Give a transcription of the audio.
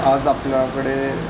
आज आपल्याकडे